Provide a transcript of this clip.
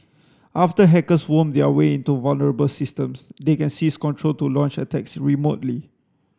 after hackers worm their way into vulnerable systems they can seize control to launch attacks remotely